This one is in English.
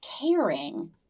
caring